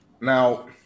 Now